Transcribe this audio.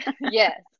Yes